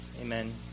Amen